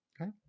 Okay